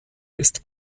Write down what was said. ist